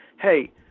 hey